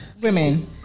Women